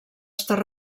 estar